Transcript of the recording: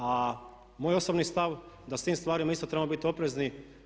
A moj osobni stav da s tim stvarima isto trebamo biti oprezni.